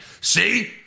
see